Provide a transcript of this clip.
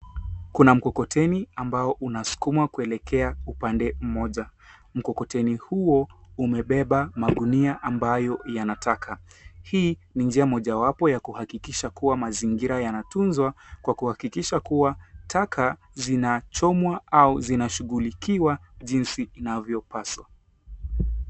Kuna mkokoteni ambao unasukumwa kuelekea upande mmoja, mkokoteni huo umebeba magunia ambayo yana taka, hii ni njia mojawapo ya kuhakikisha kuwa mazingira yanatunzwa kwa kuhakikisha kuwa taka zinachomwa au zinashughulikiwa jinsi inavyopaswa.